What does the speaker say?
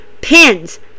pins